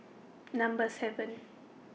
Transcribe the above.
Number seven